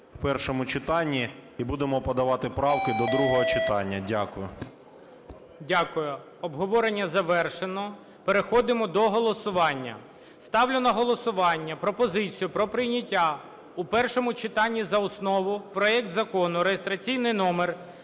в першому читанні, і будемо подавати правки до другого читання. Дякую. ГОЛОВУЮЧИЙ. Дякую. Обговорення завершено. Переходимо до голосування. Ставлю на голосування пропозицію про прийняття у першому читанні за основу проект Закону (реєстраційний номер